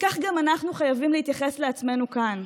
וכך גם אנחנו חייבים להתייחס לעצמנו כאן.